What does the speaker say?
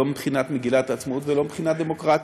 לא מבחינת מגילת העצמאות ולא מבחינה דמוקרטית.